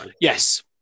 Yes